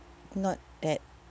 not that